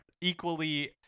Equally